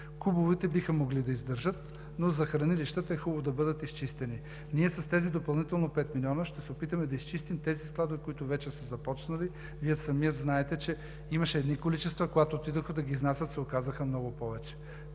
Кубовете биха могли да издържат, но за хранилищата е хубаво да бъдат изчистени. С тези допълнителни пет милиона ще се опитаме да изчистим тези складове, които вече са започнали. Вие самият знаете, че имаше едни количества, а когато отидоха да ги изнасят, се оказаха много повече.